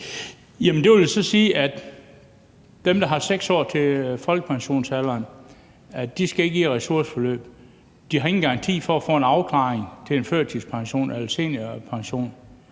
dem, der har 6 år til folkepensionsalderen, ikke skal i ressourceforløb. De har ingen garanti for at få en afklaring på en førtidspension eller seniorpension.